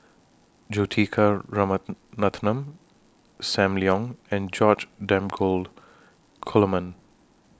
Juthika SAM Leong and George Dromgold Coleman